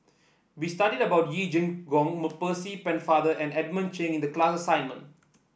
we studied about Yee Jenn Jong Mer Percy Pennefather and Edmund Chen in the class assignment